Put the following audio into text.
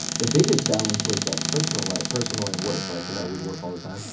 the biggest balance was like personal life, personal and work, like cause i would work all the time.